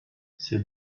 ces